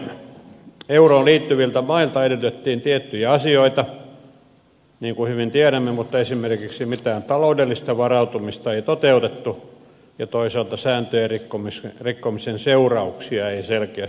euroon liittyviltä mailta edellytettiin tiettyjä asioita niin kuin hyvin tiedämme mutta esimerkiksi mitään taloudellista varautumista ei toteutettu ja toisaalta sääntöjen rikkomisen seurauksia ei selkeästi määritelty